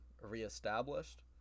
reestablished